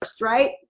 right